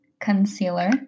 Concealer